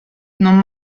non